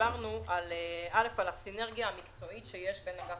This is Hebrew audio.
דיברנו על הסינרגיה המקצועית שיש בין אגף